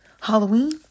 Halloween